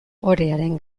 orearen